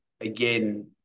again